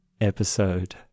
episode